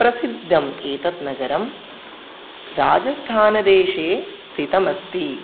प्रसिद्धम् एतत् नगरं राजस्थानदेशे स्थितमस्ति